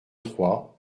trois